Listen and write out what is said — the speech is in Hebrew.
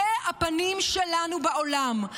אלה הפנים שלנו בעולם.